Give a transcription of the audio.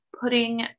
putting